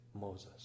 Moses